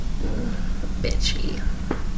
bitchy